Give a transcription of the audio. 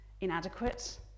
inadequate